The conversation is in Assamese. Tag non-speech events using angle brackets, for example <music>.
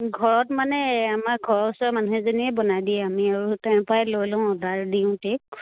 ঘৰত মানে আমাৰ ঘৰৰ ওচৰৰ মানুহ এজনীয়ে বনাই দিয়ে আমি আৰু তেওঁৰ পৰাই লৈ লওঁ অৰ্ডাৰ দিওঁ <unintelligible>